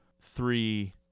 three